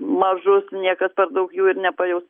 mažus niekas per daug jų ir nepajaus